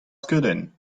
skeudenn